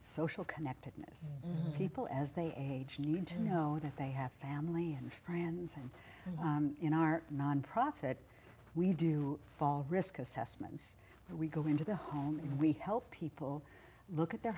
social connectedness people as they age need to know if they have family and friends and in our nonprofit we do fall risk assessments we go into the home and we help people look at their